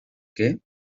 qué